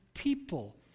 People